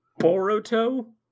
Boruto